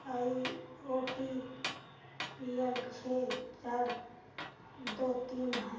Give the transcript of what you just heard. आई O T L छः चार दो तीन है